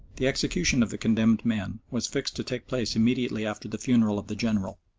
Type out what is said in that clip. the execution of the condemned men was fixed to take place immediately after the funeral of the general,